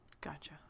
Gotcha